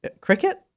Cricket